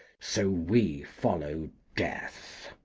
so we follow death.